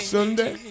Sunday